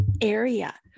area